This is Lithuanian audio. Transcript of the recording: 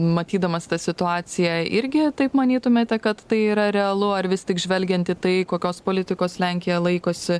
matydamas tą situaciją irgi taip manytumėte kad tai yra realu ar vis tik žvelgiant į tai kokios politikos lenkija laikosi